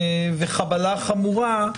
וחבלה חמורה,